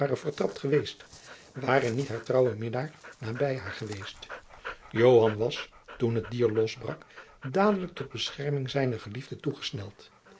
vertrapt geweest ware niet haar trouwe minnaar nabij haar geweest joan was toen het dier losbrak dadelijk tot bescherming zijner geliefde toegesneld